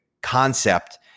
concept